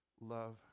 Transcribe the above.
Love